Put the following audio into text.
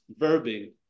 verbing